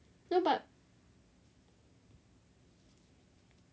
no but